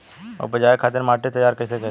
उपजाये खातिर माटी तैयारी कइसे करी?